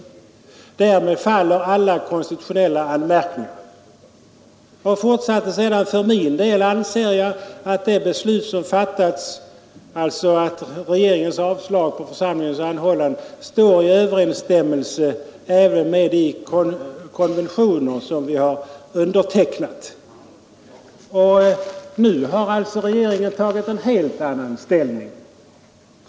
Han tillade: ”Därmed faller alla konstitutionella anmärkningar.” Han fortsatte sedan med att säga att ”för min del anser jag att det beslut som har fattats” — alltså regeringens avslag på församlingens ansökan — ”står i överensstämmelse även med de konventioner som vi har undertecknat”. Nu har alltså regeringen tagit en helt annan ställning.